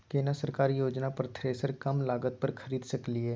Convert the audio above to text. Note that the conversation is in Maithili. केना सरकारी योजना पर थ्रेसर कम लागत पर खरीद सकलिए?